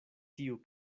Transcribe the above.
tiu